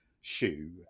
shoe